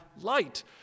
light